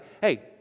hey